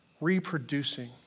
reproducing